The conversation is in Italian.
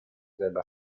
della